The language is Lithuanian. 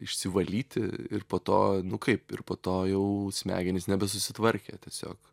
išsivalyti ir po to nu kaip ir po to jau smegenys nebesusitvarkė tiesiog